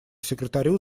секретарю